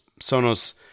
Sonos